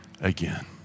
again